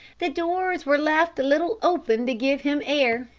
the doors were left a little open to give him air,